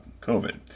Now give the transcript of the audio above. COVID